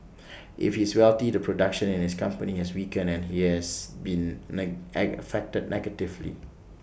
if he's wealthy the production in his company has weakened and he has been night egg affected negatively